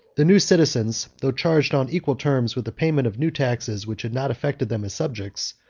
the new citizens, though charged, on equal terms, with the payment of new taxes, which had not affected them as subjects,